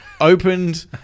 opened